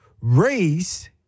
race